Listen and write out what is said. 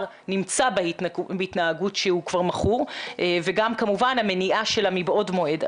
נמצא בהתנהגות שהוא כבר מכור וגם כמובן המניעה שלה מבעוד מועד.